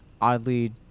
oddly